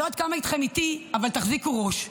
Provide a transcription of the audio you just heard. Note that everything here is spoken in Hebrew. אני לא יודעת כמה מכם איתי, אבל תחזיקו ראש.